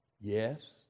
Yes